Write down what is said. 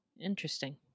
Interesting